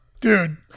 Dude